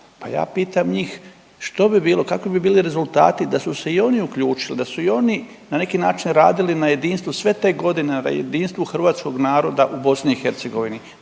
Pa ja pitam njih što bi bilo, kakvi bi bili rezultati da su se i oni uključili, da su i oni na neki način radili na jedinstvu sve te godine na jedinstvu hrvatskog naroda u BiH,